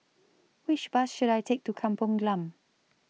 Which Bus should I Take to Kampung Glam